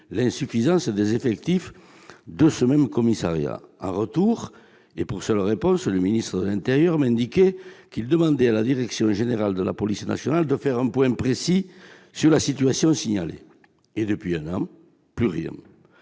l'insuffisance des effectifs de ce même commissariat. En retour et pour seule réponse, le ministre d'État, ministre de l'intérieur m'indiquait qu'il demandait à la direction générale de la police nationale de faire un point précis sur la situation signalée. Et depuis un an, plus rien,